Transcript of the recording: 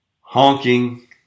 honking